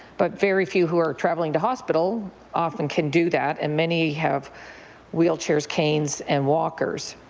but very few who are travelling to hospital often can do that, and many have wheelchairs, canes, and walkers.